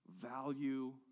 value